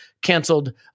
canceled